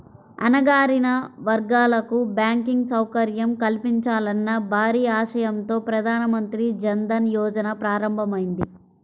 అణగారిన వర్గాలకు బ్యాంకింగ్ సౌకర్యం కల్పించాలన్న భారీ ఆశయంతో ప్రధాన మంత్రి జన్ ధన్ యోజన ప్రారంభమైంది